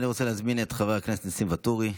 אני רוצה להזמין את חבר הכנסת ניסים ואטורי,